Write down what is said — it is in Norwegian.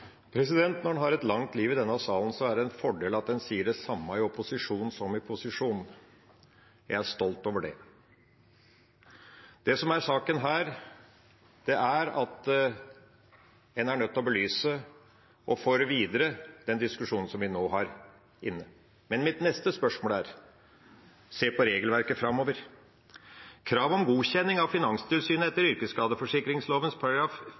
Når en har et langt liv i denne salen, er det en fordel at en sier det samme i opposisjon som i posisjon. Jeg er stolt over å gjøre det. Saken her er at en er nødt til å belyse og føre videre den diskusjonen vi har nå. Mitt neste spørsmål er å se på regelverket framover. Krav om godkjenning av Finanstilsynet